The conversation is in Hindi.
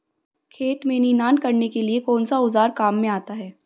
खेत में निनाण करने के लिए कौनसा औज़ार काम में आता है?